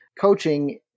coaching